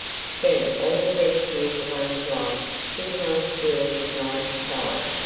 to spend all the best years of one's life sitting on a stool from nine to five,